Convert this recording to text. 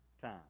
time